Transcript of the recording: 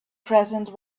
present